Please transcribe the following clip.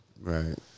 Right